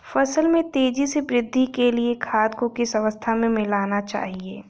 फसल में तेज़ी से वृद्धि के लिए खाद को किस अवस्था में मिलाना चाहिए?